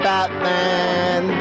Batman